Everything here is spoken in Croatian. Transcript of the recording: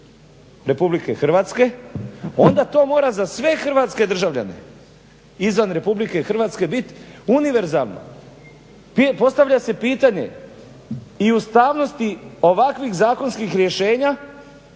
RH, onda to mora za sve hrvatske državljane RH bit univerzalno. I postavlja se pitanje i ustavnosti ovakvih zakonskih rješenja